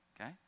okay